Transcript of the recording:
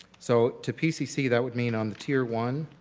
so to pcc that would mean on the tier one,